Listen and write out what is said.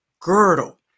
girdle